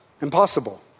Impossible